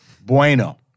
Bueno